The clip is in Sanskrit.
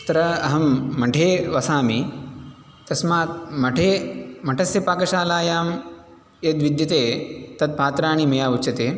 अत्र अहं मठे वसामि तस्मात् मठे मठस्य पाकशालायां यद्विद्यते तत्पात्राणि मया उच्यते